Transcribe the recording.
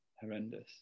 Horrendous